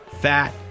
fat